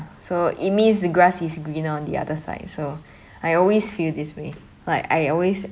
so it means the grass is greener on the other side so I always feel this way like I always